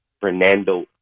Fernando